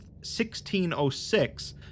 1606